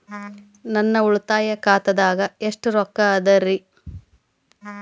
ನನ್ನ ಉಳಿತಾಯ ಖಾತಾದಾಗ ಎಷ್ಟ ರೊಕ್ಕ ಅದ ರೇ?